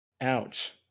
ouch